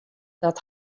dat